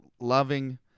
loving